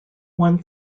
one